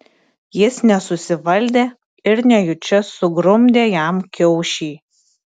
jis nesusivaldė ir nejučia sugrumdė jam kiaušį